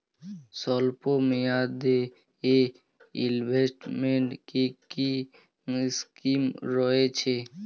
স্বল্পমেয়াদে এ ইনভেস্টমেন্ট কি কী স্কীম রয়েছে?